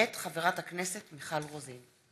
מאת חבר הכנסת אחמד טיבי,